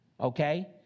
okay